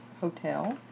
hotel